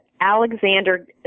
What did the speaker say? Alexander